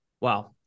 Wow